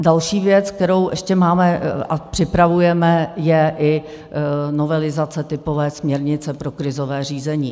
Další věc, kterou ještě máme a připravujeme, je i novelizace typové směrnice pro krizové řízení.